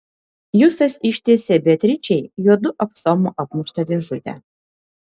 justas ištiesė beatričei juodu aksomu apmuštą dėžutę